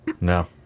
No